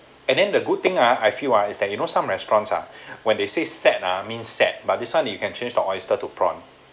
and then the good thing ah I feel ah is that you know some restaurants ah when they say set ah means set by this one you can change the oyster to prawn